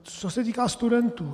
Co se týká studentů.